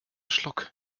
schluck